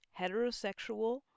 heterosexual